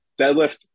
deadlift